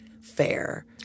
fair